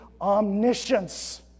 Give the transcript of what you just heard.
omniscience